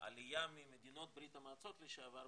עלייה ממדינות ברית המועצות לשעבר,